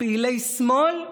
פעילי שמאל,